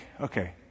okay